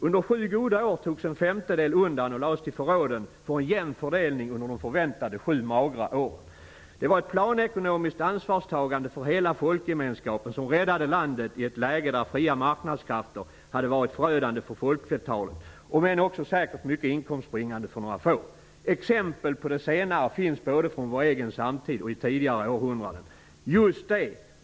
Under sju goda år togs en femtedel undan och lades till förråden för en jämn fördelning under de förväntade sju magra åren. Det var ett planekonomiskt ansvarstagande för hela folkgemenskapen som räddade landet i ett läge där fria marknadskrafter hade varit förödande för folkflertalet, om än också säkert mycket inkomstbringande för några få. Exempel på det senare finns både från vår egen samtid och i tidigare århundraden.'' Just det!